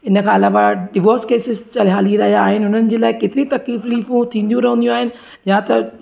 इन खां अलावा डिवोस केसिस हली रहिया आहिनि उन्हनि जे लाइ केतिरी तकलीफ़ूं थींदियूं रहंदियूं आहिनि या त